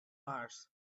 mars